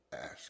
Ask